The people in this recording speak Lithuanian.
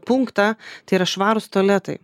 punktą tai yra švarūs tualetai